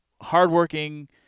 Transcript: hardworking